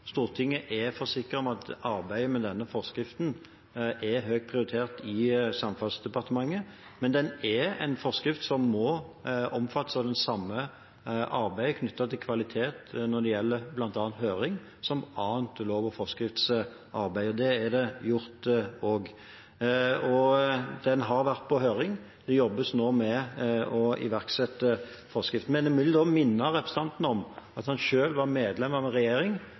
Stortinget er forsikret om at arbeidet med denne forskriften er høyt prioritert i Samferdselsdepartementet. Det er en forskrift som må omfattes av det samme arbeidet knyttet til kvalitet når det gjelder bl.a. høring, som annet lov- og forskriftsarbeid er. Det er også gjort. Forskriften har vært på høring, og det jobbes nå med å iverksette den. Jeg vil minne representanten om at han selv var medlem av en regjering